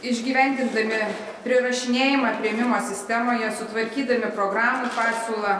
išgyvendindami prirašinėjimą priėmimo sistemoje sutvarkydami programų pasiūlą